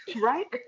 right